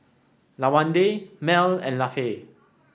Lawanda Mel and Lafe